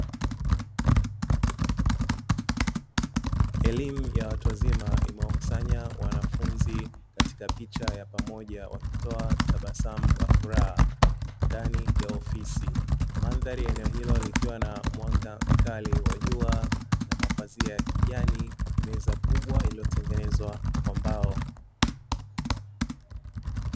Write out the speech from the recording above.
Elimu ya watu wazima imewakusanya wanafunzi katika picha ya pamoja, wakitoa tabasamu la furaha, ndani ya ofisi. Mandhari ya eneo hilo ikiwa na mwanga mkali wa jua na mapazia ya kijani, meza kubwa iliyotengenezwa kwa mbao.